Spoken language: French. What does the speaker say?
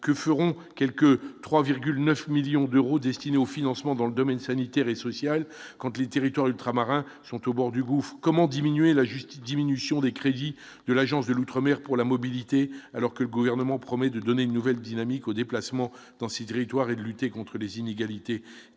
que feront quelque 3,9 millions d'euros destinés au financement dans le domaine sanitaire et social, quand les territoires ultramarins sont au bord du gouffre comment diminuer la justice diminution des crédits de l'Agence de l'outre-mer pour la mobilité, alors que le gouvernement promet de donner une nouvelle dynamique au déplacement dans 6 directoire et de lutter contre les inégalités